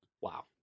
Wow